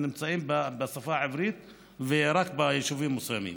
הם נמצאים רק בשפה העברית ורק ביישובים מסוימים.